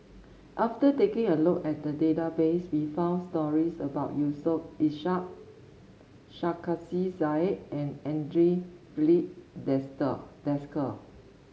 after taking a look at the database we found stories about Yusof Ishak Sarkasi Said and Andre Filipe Desker